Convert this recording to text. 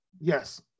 Yes